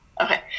okay